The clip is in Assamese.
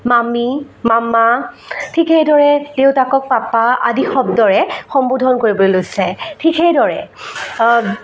মাম্মী মাম্মা ঠিক সেইদৰে দেউতাকক পাপা আদি শব্দৰে সম্বোধন কৰিবলৈ লৈছে ঠিক সেইদৰে